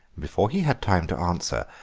before he had time to answer,